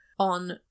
on